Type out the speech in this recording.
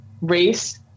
race